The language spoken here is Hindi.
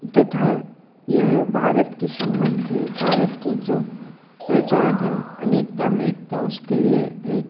तथा यह भारत की श्रमंधी भारत की जो पहचान है अनेकता में एकता उसके लिए एक